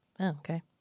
okay